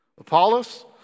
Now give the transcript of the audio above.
Apollos